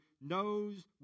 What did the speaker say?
knows